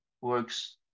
works